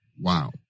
wow